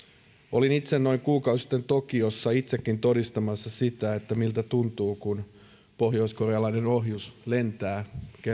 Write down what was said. olin itse noin kuukausi sitten tokiossa itsekin todistamassa sitä miltä tuntuu kun pohjoiskorealainen ohjus lentää